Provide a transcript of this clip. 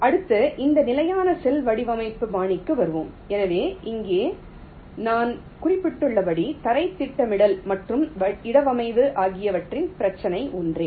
அடுத்து இந்த நிலையான செல் வடிவமைப்பு பாணிக்கு வருவோம் எனவே இங்கே நான் குறிப்பிட்டுள்ளபடி தரைத் திட்டமிடல் மற்றும் இடவமைவு ஆகியவற்றின் பிரச்சினை ஒன்றே